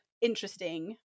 interesting